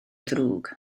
ddrwg